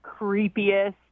creepiest